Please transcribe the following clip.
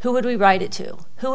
who would we write it to who would